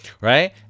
Right